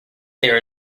there